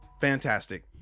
fantastic